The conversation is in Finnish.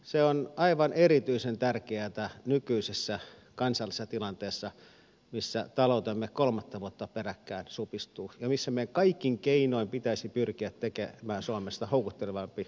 se on aivan erityisen tärkeätä nykyisessä kansallisessa tilanteessa missä taloutemme kolmatta vuotta peräkkäin supistuu ja missä meidän kaikin keinoin pitäisi pyrkiä tekemään suomesta houkuttelevampi investointiympäristö